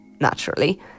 naturally